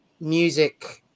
music